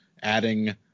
adding